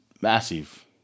massive